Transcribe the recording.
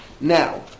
Now